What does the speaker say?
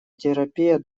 терапия